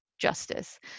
justice